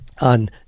on